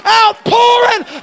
outpouring